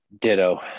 Ditto